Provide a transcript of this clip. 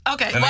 Okay